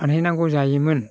फानहैनांगौ जायोमोन